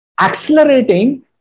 accelerating